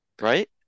Right